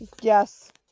Yes